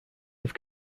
have